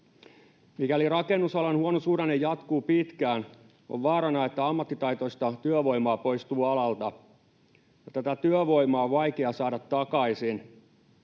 Mikäli rakennusalan huono suhdanne jatkuu pitkään, on vaarana, että ammattitaitoista työvoimaa poistuu alalta. Tätä työvoimaa on vaikea saada takaisin,